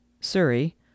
Surrey